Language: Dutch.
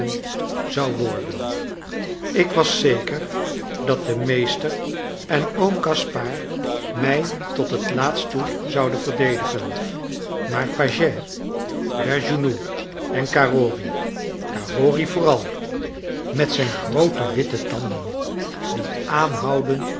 zou worden ik was zeker dat de meester en oom gaspard mij tot het laatst toe zouden verdedigen maar pagès bergounhoux en carrory carrory vooral met zijn groote witte tanden die aanhoudend